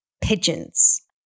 Pigeons